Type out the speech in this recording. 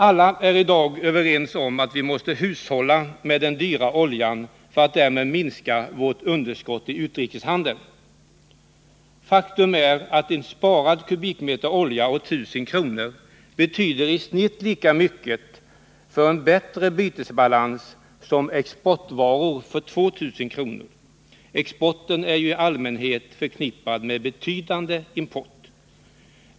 Alla är i dag överens om att vi måste hushålla med den dyra oljan för att därmed minska vårt underskott i utrikeshandeln. Faktum är att en sparad kubikmeter olja för 1000 kr. i snitt betyder lika mycket för en bättre bytesbalans som exportvaror för 2000 kr. Exporten är i allmänhet förknippad med en betydande import.